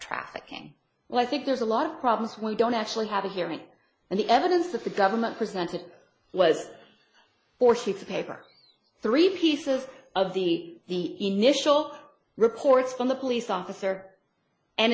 trafficking well i think there's a lot of problems we don't actually have a hearing and the evidence that the government presented was four sheets of paper or three pieces of the initial reports from the police officer and